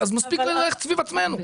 אז מספיק ללכת סביב עצמנו.